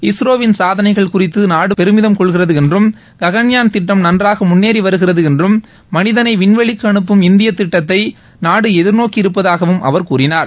இஸ்ரோவின் சாதனைகள் குறித்து நாடு பெருமிதம் கொள்கிறது என்றும் ககன்யான் திட்டம் நன்றாக முள்ளேறி வருகிறது என்றும் மனிதனை விண்வெளிக்கு அனுப்பும்இந்திய திட்டத்தை நாடு எதிர்நோக்கியிருப்பதாகவும் அவர் கூறினார்